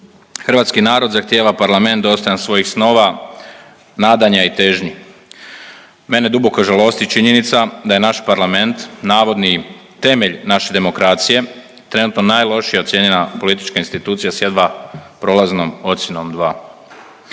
Hrvatski narod zahtijeva parlament dostojan svojih snova, nadanja i težnji. Mene duboko žalosti činjenica da je naš parlament navodni temelj naše demokracije trenutno najlošije ocijenjena politička institucija s jedva prolaznom ocjenom 2.